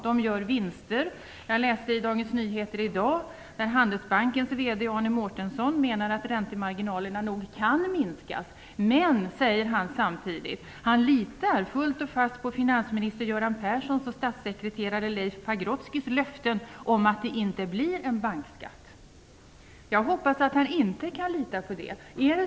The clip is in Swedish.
De gör vinster. Jag läste en artikel i Dagens Nyheter i dag där Handelsbankens VD Arne Mårtensson menar att räntemarginalerna nog kan minskas. Men han säger samtidigt att han fullt och fast litar på finansminister Göran Perssons och statssekreterare Leif Pagrotskys löften om att det inte blir en bankskatt. Jag hoppas att han inte kan lita på detta.